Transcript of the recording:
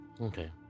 Okay